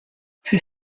für